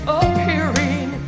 appearing